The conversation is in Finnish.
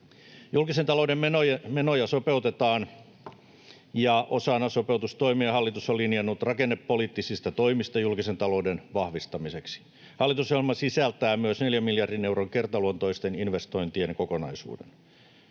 Julkisen talouden menoja sopeutetaan, ja osana sopeutustoimia hallitus on linjannut rakennepoliittisista toimista julkisen talouden vahvistamiseksi. Hallitusohjelma sisältää myös neljän miljardin euron kertaluontoisten investointien kokonaisuuden.